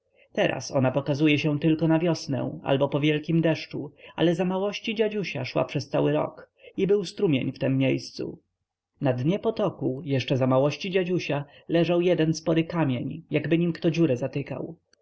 teraz ona pokazuje się tylko na wiosnę albo po wielkim deszczu ale za małości dziadusia szła przez cały rok i był strumień w tem miejscu na dnie potoku jeszcze za małości dziadusia leżał jeden spory kamień jakby nim kto dziurę zatykał